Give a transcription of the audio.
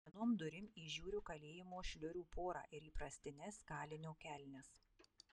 po vienom durim įžiūriu kalėjimo šliurių porą ir įprastines kalinio kelnes